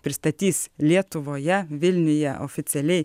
pristatys lietuvoje vilniuje oficialiai